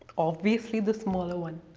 obviously, the smaller one.